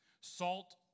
salt